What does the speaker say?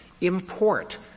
import